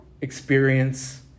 experience